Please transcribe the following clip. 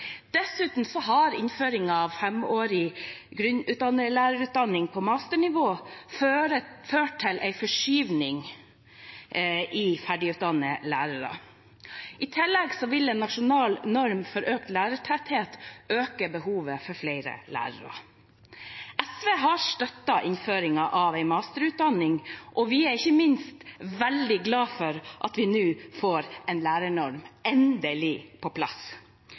Dessuten har innføringen av femårig lærerutdanning på masternivå ført til en forskyvning i ferdigutdannede lærere. I tillegg vil en nasjonal norm for økt lærertetthet øke behovet for flere lærere. SV har støttet innføringen av en masterutdanning, og vi er ikke minst veldig glade for at vi nå endelig får en lærernorm på plass.